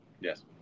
Yes